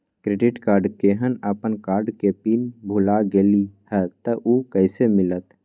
Credit card केहन अपन card के पिन भुला गेलि ह त उ कईसे मिलत?